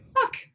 Fuck